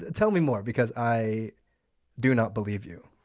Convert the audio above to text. ah tell me more, because i do not believe you.